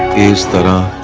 is the